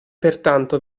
pertanto